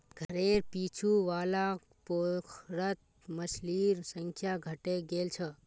घरेर पीछू वाला पोखरत मछलिर संख्या घटे गेल छ